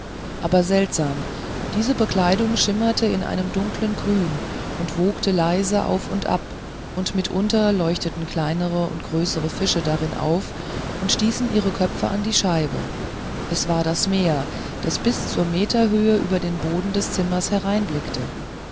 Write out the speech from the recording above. aber seltsam diese bekleidung schimmerte in einem dunkeln grün und wogte leise auf und ab und mitunter leuchteten kleinere und größere fische darin auf und stießen ihre köpfe an die scheiben es war das meer das bis zu meterhöhe über den boden des zimmers